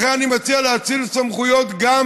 לכן אני מציע להאציל סמכויות גם